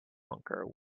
honker